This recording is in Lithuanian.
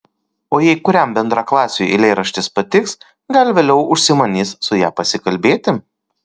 o jei kuriam bendraklasiui eilėraštis patiks gal vėliau užsimanys su ja pasikalbėti